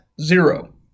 Zero